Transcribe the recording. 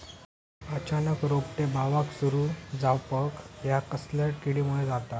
अचानक रोपटे बावाक सुरू जवाप हया कसल्या किडीमुळे जाता?